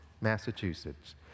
Massachusetts